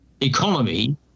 economy